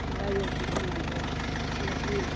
म्हाराज ओह् कि'यां लांदे ओह् लग्गी